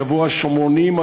יבואו השומרונים,